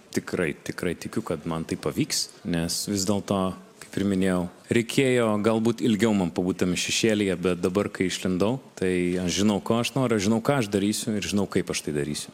tikrai tikrai tikiu kad man tai pavyks nes vis dėl to kaip ir minėjau reikėjo galbūt ilgiau man pabūt tame šešėlyje bet dabar kai išlindau tai aš žinau ko aš noriu aš žinau ką aš darysiu ir žinau kaip aš tai darysiu